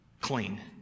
clean